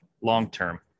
long-term